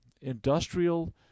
industrial